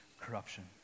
corruption